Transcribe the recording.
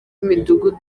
b’imidugudu